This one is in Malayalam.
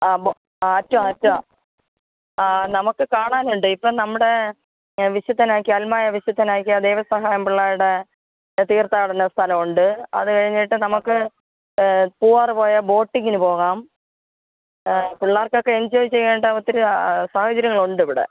ആ ആ ആ നമുക്കു കാണാനുണ്ട് ഇപ്പോള് നമ്മുടെ വിശുദ്ധനാക്കി അൽമായ വിശുദ്ധനാക്കിയ ദേവസഹായം പിള്ളയുടെ തീർഥാടന സ്ഥലമുണ്ട് അതു കഴിഞ്ഞിട്ട് നമുക്ക് പൂവാറില് പോയാല് ബോട്ടിങ്ങിനു പോകാം പിള്ളേർക്കൊക്കെ എൻജോയ് ചെയ്യേണ്ട ഒത്തിരി സാഹചര്യങ്ങളുണ്ട് ഇവിടെ